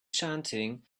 chanting